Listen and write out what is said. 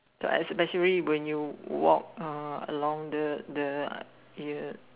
so especially when you walk uh along the the area